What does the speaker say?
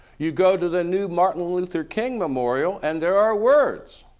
you go to the new martin luther king memorial and there are words